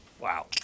Wow